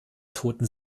toten